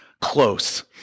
close